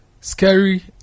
Scary